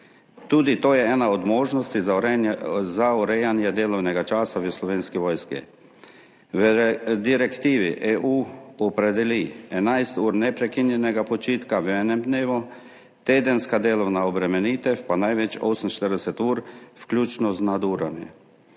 Tudi to je ena od možnosti za urejanje delovnega časa v Slovenski vojski. Direktiva EU opredeli 11 ur neprekinjenega počitka v enem dnevu, tedensko delovnao obremenitev pa na največ 48 ur, vključno z nadurami.